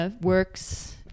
works